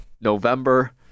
November